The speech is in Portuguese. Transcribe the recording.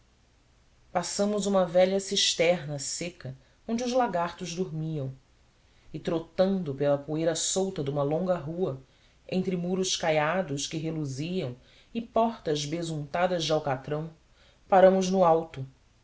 passamos uma velha cisterna seca onde os lagartos dormiam e trotando pela poeira solta de uma longa rua entre muros caiados que reluziam e portas besuntadas de alcatrão paramos no alto